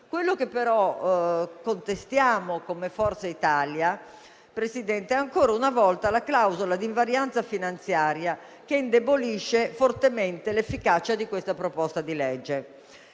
Quello che però contestiamo, come Forza Italia, è ancora una volta la clausola di invarianza finanziaria, che indebolisce fortemente l'efficacia di questa proposta di legge.